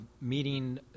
meeting